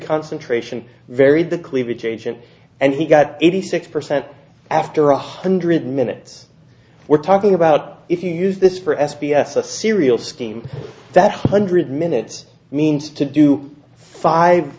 concentration varied the cleavage agent and he got eighty six percent after one hundred minutes we're talking about if you use this for s b s a serial scheme that hundred minutes means to do five